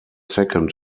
second